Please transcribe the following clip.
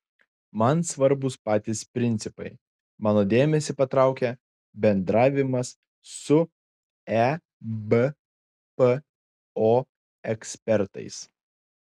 man svarbūs patys principai mano dėmesį patraukė bendravimas su ebpo ekspertais